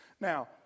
now